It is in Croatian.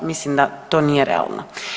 Mislim da to nije realno.